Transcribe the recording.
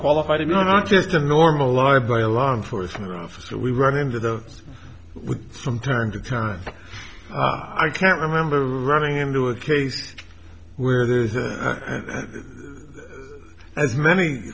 qualified and not just a normal library a law enforcement officer we run into the with from time to time i can't remember running into a case where there is as many